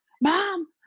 mom